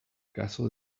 caso